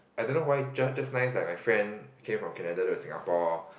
I don't know why ju~ just nice like my friend came from Canada to Singapore